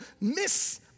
miss